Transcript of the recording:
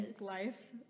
life